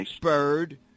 Bird